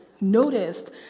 noticed